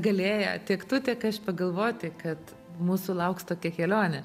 galėję tiek tu tiek aš pagalvoti kad mūsų lauks tokia kelionė